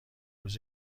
روز